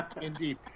Indeed